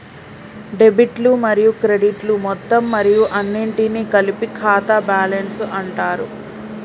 డెబిట్లు మరియు క్రెడిట్లు మొత్తం మరియు అన్నింటినీ కలిపి ఖాతా బ్యాలెన్స్ అంటరు